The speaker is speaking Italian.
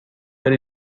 per